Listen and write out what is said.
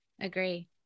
agree